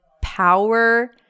power